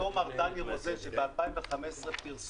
אותו מר דני רוזן שב-2015 פרסם